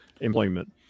employment